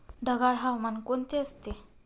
ढगाळ हवामान कोणते असते?